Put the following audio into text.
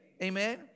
Amen